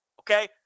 okay